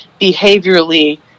Behaviorally